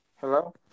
Hello